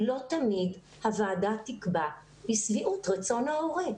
לא תמיד הוועדה תקבע לשביעות רצון ההורה,